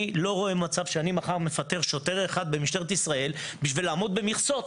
אני לא רואה מצב שאני מחר מפטר שוטר אחד במשטרת ישראל כדי לעמוד במכסות,